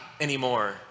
anymore